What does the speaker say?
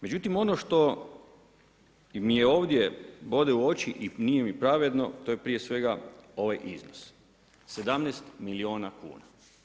Međutim ono što mi je ovdje bode u oči i nije mi pravedno, to je prije svega ovaj iznos, 17 milijuna kuna.